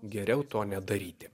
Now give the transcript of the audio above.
geriau to nedaryti